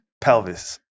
Pelvis